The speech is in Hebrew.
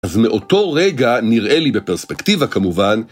אז מאותו רגע נראה לי בפרספקטיבה כמובן,